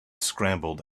scrambled